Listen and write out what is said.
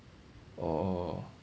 orh